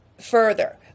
further